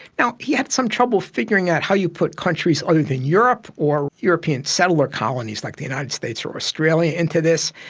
he had some trouble figuring out how you put countries other than europe or european settler colonies like the united states or australia into this.